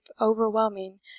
overwhelming